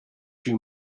too